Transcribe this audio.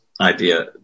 idea